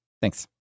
Thanks